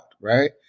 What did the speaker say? right